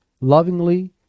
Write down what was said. lovingly